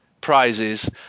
prizes